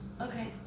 Okay